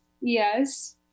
Yes